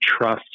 trust